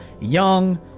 young